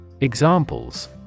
Examples